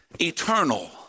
eternal